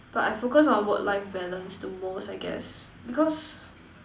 but I focus on work life balance the most I guess because